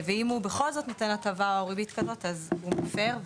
אם הוא בכל זאת נותן הטבה או ריבית כזאת הוא מפר,